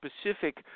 specific